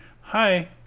hi